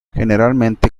generalmente